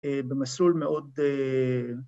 במסלול מאוד...